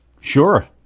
Sure